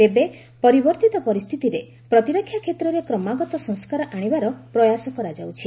ତେବେ ପରିବର୍ତ୍ତିତ ପରିସ୍ଥିତିରେ ପ୍ରତିରକ୍ଷା କ୍ଷେତ୍ରରେ କ୍ରମାଗତ ସଂସ୍କାର ଆଶିବାର ପ୍ରୟାସ କରାଯାଉଛି